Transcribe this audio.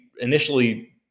initially